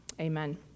Amen